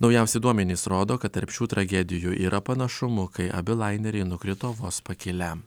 naujausi duomenys rodo kad tarp šių tragedijų yra panašumų kai abu laineriai nukrito vos pakilę